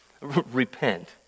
Repent